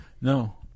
No